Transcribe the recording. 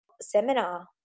seminar